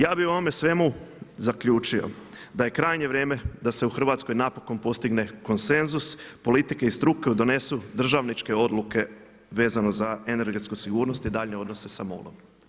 Ja bi u ovome svemu zaključio, da je krajnje vrijeme da se u Hrvatskoj napokon postigne konsenzus politike i struke donesu državničke odluke vezano za energetsku sigurnost i daljnje odnose sa MOL-om.